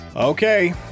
Okay